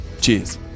Cheers